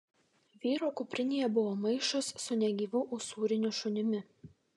vyro kuprinėje buvo maišas su negyvu usūriniu šunimi